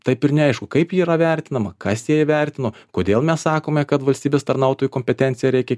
taip ir neaišku kaip ji yra vertinama kas ją įvertino kodėl mes sakome kad valstybės tarnautojų kompetencija reikia